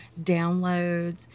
downloads